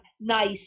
nice